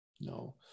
No